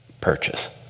purchase